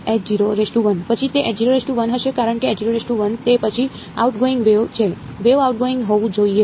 પછી તે હશે કારણ કે તે પછી આઉટગોઇંગ વેવ છે વેવ આઉટગોઇંગ હોવું જોઈએ